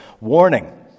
warning